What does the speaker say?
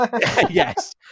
Yes